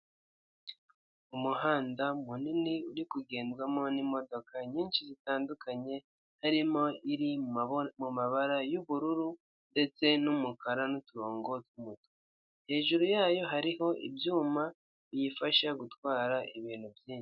Umuhanda munini uri kugendwamo n'imdoka nyinshi zitandukanye, harimo iri mu mabara y'ubururu ndetse n'umukara n'uturongo tw'umutuku. Hejuru yayo hariho ibyuma biyifasha gutwara ibintu byinshi.